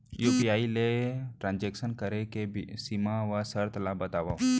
UPI ले transaction करे के सीमा व शर्त ला बतावव?